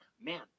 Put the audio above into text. Man